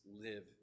live